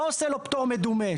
לא עושה לו פטור מדומה,